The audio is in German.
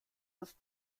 ist